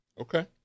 okay